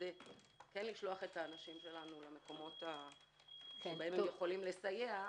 כדי לשלוח את האנשים שלנו למקומות שבהם הם יכולים לסייע,